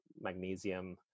magnesium